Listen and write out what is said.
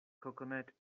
coconut